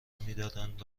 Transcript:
میدارند